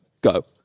go